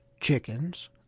chickens